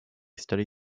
study